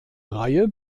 reihe